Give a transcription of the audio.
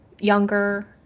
younger